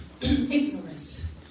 ignorance